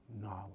knowledge